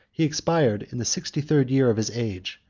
he expired in the sixty-third year of his age,